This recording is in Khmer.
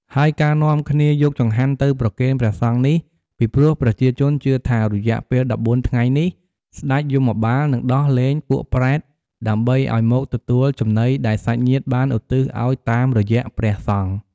ហើយការនាំគ្នាយកចង្ហាន់ទៅប្រគេនព្រះសង្ឃនេះ ពីព្រោះប្រជាជនជឿថារយៈពេល១៤ថ្ងៃនេះសេ្ដចយមបាលនិងដោះលែងពួកប្រេត ដើម្បីឲ្យមកទទួលចំណីដែលសាច់ញាតិបានឧទ្ទិសឲ្យតាមរយៈព្រះសង្ឃ។